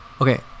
Okay